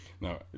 Now